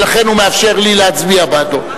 ולכן הוא מאפשר לי להצביע בעדו.